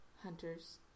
hunters